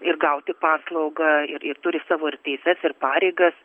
ir gauti paslaugą ir ir turi savo ir teises ir pareigas